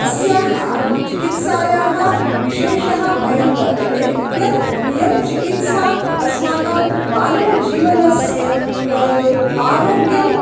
अस्याः चिकित्सायाः विशेषः अयं वर्तते यत् इयं चिकित्सा अस्माकं मानवजीवनस्य आरोग्यं